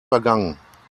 vergangen